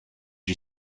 you